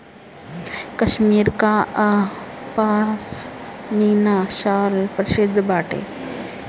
कश्मीर कअ पशमीना शाल प्रसिद्ध बाटे